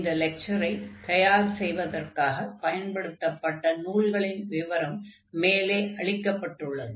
இந்த லெக்சரை தயார் செய்வதற்காகப் பயன்படுத்தப்பட்ட நூல்களின் விவரம் மேலே அளிக்கப்பட்டுள்ளது